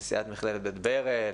נשיאת מכללת בית ברל.